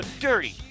dirty